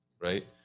right